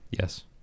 Yes